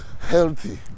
healthy